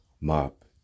mop